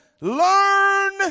learn